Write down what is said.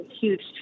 huge